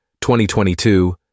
2022